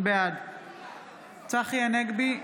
בעד צחי הנגבי,